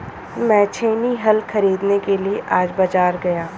मैं छेनी हल खरीदने के लिए आज बाजार गया